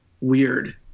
Weird